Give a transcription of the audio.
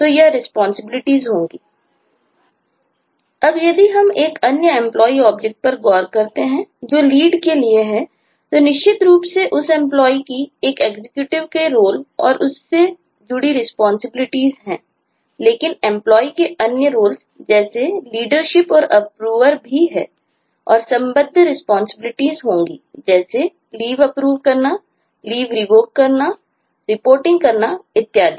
तो यदि Executive का रोल होंगी जैसे Leave approve करना Leave revoke करना रिपोर्टिंग करना इत्यादि